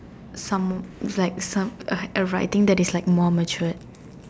some is like some overall I think like is more matured